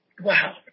Wow